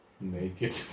Naked